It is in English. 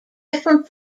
different